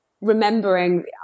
remembering